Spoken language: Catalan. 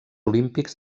olímpics